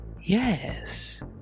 Yes